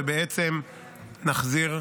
ובעצם נחזיר,